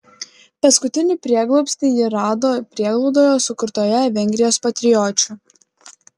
paskutinį prieglobstį ji rado prieglaudoje sukurtoje vengrijos patriočių